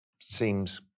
seems